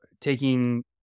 taking